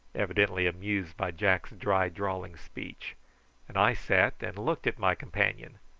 evidently amused by jack's dry drawling speech and i sat and looked at my companion,